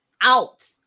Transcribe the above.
out